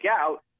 out